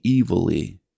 evilly